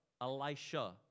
Elisha